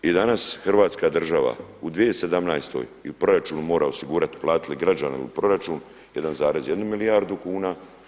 I danas Hrvatska država u 2017. i u proračunu mora osigurati platili građani u proračun 1,1 milijardu kuna.